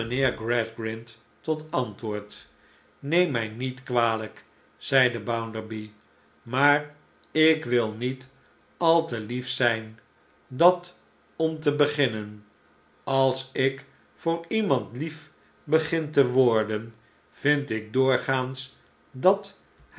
tot antwoord neem mij niet kwalijk zeide bounderby maar ik wil niet al te lief zijn dat om te beginnen als ik voor iemand lief begin te worden vind ik doorgaans dat